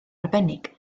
arbennig